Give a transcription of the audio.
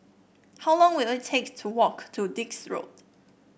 how long will it take to walk to Dix Road